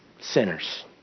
Sinners